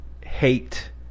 hate